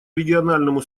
региональному